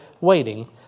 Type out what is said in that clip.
waiting